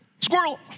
Squirrel